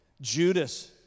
Judas